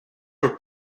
were